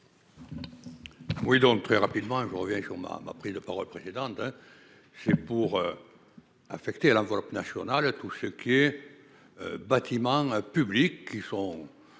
Oui, donc très rapidement hein. On revient sur ma ma prise de parole précédente hein. C'est pour. Affecter à l'enveloppe nationale tout ce qui est. Bâtiments. Publics qui sont.